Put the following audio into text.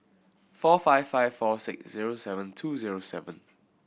four five five four six zero seven two zero seven